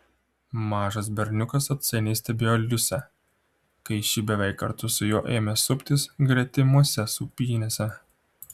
mažas berniukas atsainiai stebėjo liusę kai ši beveik kartu su juo ėmė suptis gretimose sūpynėse